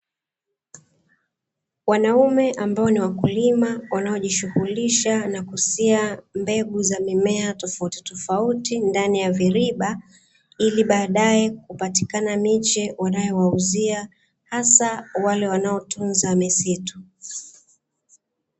Wanaume ambao ni wakulima wanaojishughulisha na kusia mbegu za mimea tofautitofauti ndani ya viriba, ili baadaye kupatikana miche wanayowauzia hasa wale wanaotunza misitu.